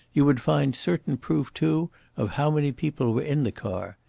you would find certain proof too of how many people were in the car.